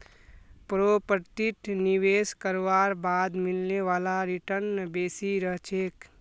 प्रॉपर्टीत निवेश करवार बाद मिलने वाला रीटर्न बेसी रह छेक